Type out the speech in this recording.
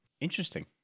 Interesting